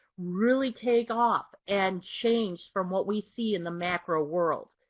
really take off and change from what we see in the macro world.